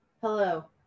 Hello